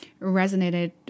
resonated